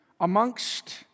amongst